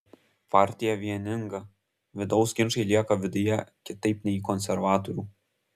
partija vieninga vidaus ginčai lieka viduje kitaip nei konservatorių